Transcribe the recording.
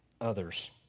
others